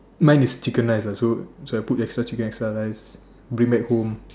mine is chicken rice ah so so I put extra chicken extra rice bring back home